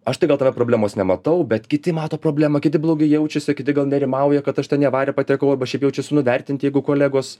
aš tai gal tame problemos nematau bet kiti mato problemą kiti blogai jaučiasi kiti gal nerimauja kad aš ten į avariją patekau arba šiaip jaučiasi nuvertinti jeigu kolegos